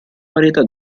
varietà